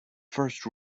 first